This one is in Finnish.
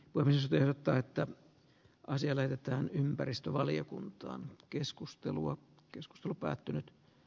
burns kertoo että asialle mitään ympäristövaliokuntaan keskustelua keskustelu päättyneen